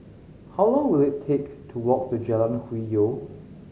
how long will it take to walk to Jalan Hwi Yoh